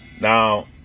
now